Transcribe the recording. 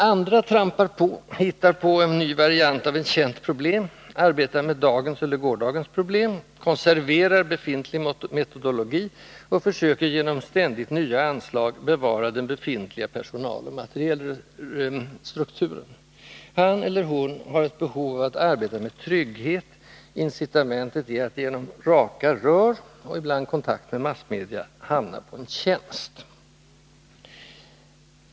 Andra trampar på, hittar på en ny variant av ett känt problem, arbetar med dagens eller gårdagens problem, konserverar befintlig metodologi och försöker genom ständigt nya anslag bevara den befintliga personaloch materielstrukturen. Han, eller hon, har ett behov av att arbeta med trygghet; incitamentet är att genom ”raka rör”, ibland kontakt med massmedia, hamna på en tjänst.